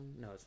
No